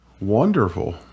Wonderful